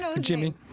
Jimmy